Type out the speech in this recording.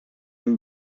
mijn